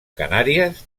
canàries